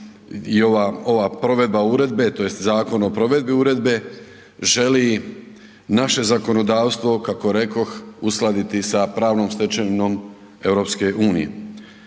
ova provedba uredbe tj. Zakon o provedbi uredbe želi naše zakonodavstvo, kako rekoh, uskladiti sa pravnom stečevinom EU.